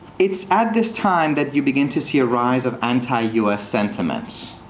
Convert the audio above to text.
it's, at this time, that you begin to see a rise of and u s. sentiments.